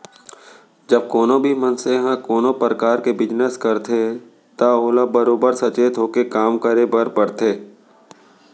जब कोनों भी मनसे ह कोनों परकार के बिजनेस करथे त ओला बरोबर सचेत होके काम करे बर परथे